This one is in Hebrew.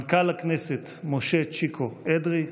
מנכ"ל הכנסת משה צ'יקו אדרי,